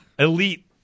Elite